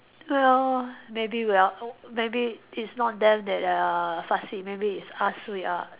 well maybe we are o~ maybe it's not them that are fussy maybe it's us we are